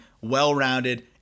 well-rounded